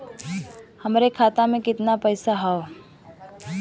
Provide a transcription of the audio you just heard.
हमरे खाता में कितना पईसा हौ?